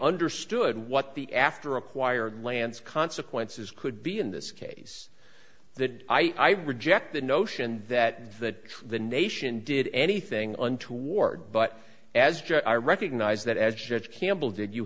understood what the after acquired lands consequences could be in this case that i reject the notion that that the nation did anything untoward but as i recognise that as judge campbell did you